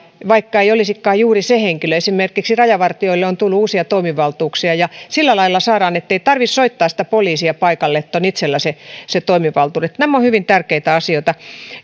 vaikka ei olisikaan juuri se henkilö esimerkiksi rajavartijoille on tullut uusia toimivaltuuksia sillä lailla saadaan toimittua niin ettei tarvitse soittaa sitä poliisia paikalle vaan on itsellä ne toimivaltuudet nämä ovat hyvin tärkeitä asioita